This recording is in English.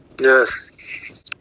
Yes